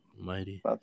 mighty